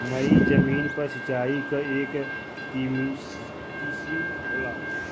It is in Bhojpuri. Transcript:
नयी जमीन पर सिंचाई क एक किसिम होला